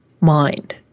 mind